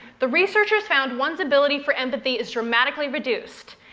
the researchers found one's ability for empathy is dramatically reduced.